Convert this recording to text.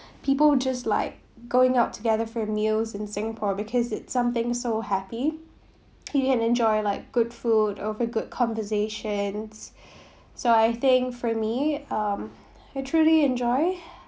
people just like going out together for meals in singapore because it's something so happy he and enjoy like good food over good conversations so I think for me um I truly enjoy